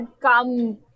come